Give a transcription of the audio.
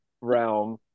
realm